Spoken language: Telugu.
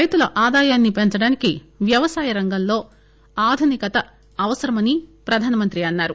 రైతుల ఆదాయాన్ని పెంచడానికి వ్యవసాయ రంగంలో ఆధునికత అవసరమని ప్రధానమంత్రి అన్నారు